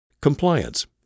compliance